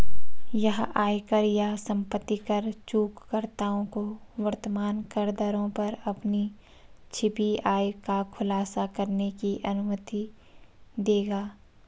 यह आयकर या संपत्ति कर चूककर्ताओं को वर्तमान करदरों पर अपनी छिपी आय का खुलासा करने की अनुमति देगा